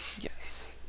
Yes